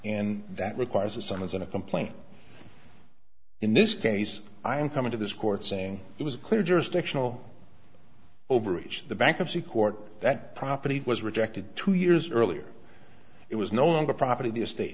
and that requires a summons and a complaint in this case i'm coming to this court saying it was clear jurisdictional overreach the bankruptcy court that property was rejected two years earlier it was no longer property the estate